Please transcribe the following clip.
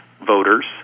voters